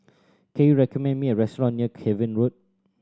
can you recommend me a restaurant near Cavan Road